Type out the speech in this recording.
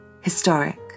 historic